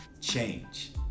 change